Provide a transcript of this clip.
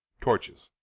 torches